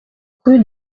rue